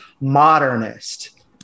modernist